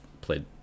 played